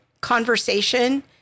conversation